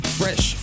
fresh